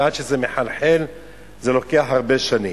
עד שזה מחלחל זה לוקח הרבה שנים.